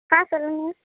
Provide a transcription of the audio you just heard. ஆ சொல்லுங்கள்